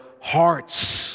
hearts